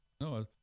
no